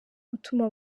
gutuma